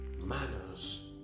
manners